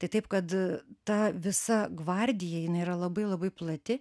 tai taip kad ta visa gvardija jinai yra labai labai plati